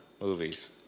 Movies